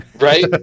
Right